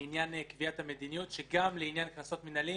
לעניין קביעת המדיניות גם לעניין קנסות מינהליים,